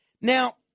Now